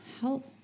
help